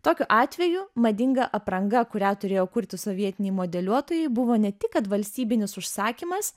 tokiu atveju madinga apranga kurią turėjo kurti sovietiniai modeliuotojai buvo ne tik kad valstybinis užsakymas